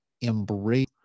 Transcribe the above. embrace